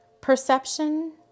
perception